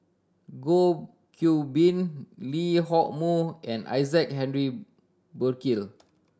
Goh Qiu Bin Lee Hock Moh and Isaac Henry Burkill